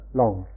long